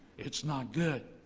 it's not good.